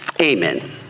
amen